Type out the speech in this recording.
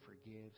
forgives